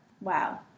Wow